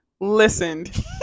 listened